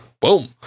boom